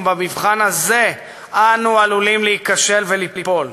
ובמבחן הזה אנו עלולים להיכשל וליפול.